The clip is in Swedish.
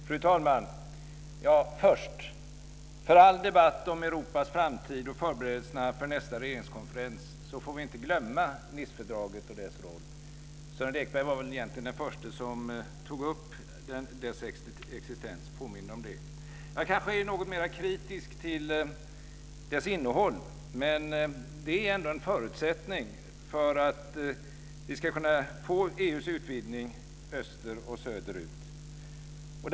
Fru talman! Först vill jag säga att trots all debatt om Europas framtid och förberedelserna för nästa regeringskonferens får vi inte glömma Nicefördraget och dess roll. Sören Lekberg var väl egentligen de förste som tog upp dess existens och påminde om det. Jag kanske är något mer kritisk till dess innehåll, men det är ändå en förutsättning för att vi ska kunna få EU:s utvidgning öster och söderut.